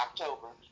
October